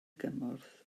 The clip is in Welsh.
gymorth